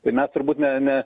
tai mes turbūt ne ne